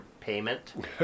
payment